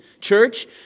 church